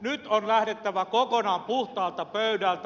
nyt on lähdettävä kokonaan puhtaalta pöydältä